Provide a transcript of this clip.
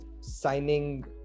Signing